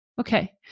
Okay